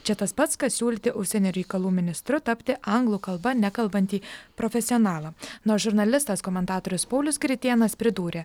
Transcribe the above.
čia tas pats kas siūlyti užsienio reikalų ministru tapti anglų kalba nekalbantį profesionalą nu o žurnalistas komentatorius paulius gritėnas pridūrė